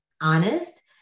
honest